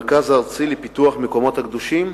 המרכז הארצי לפיתוח המקומות הקדושים,